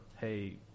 hey